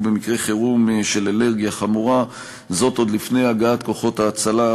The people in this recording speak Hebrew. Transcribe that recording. במקרי חירום של אלרגיה חמורה עוד לפני הגעת כוחות ההצלה.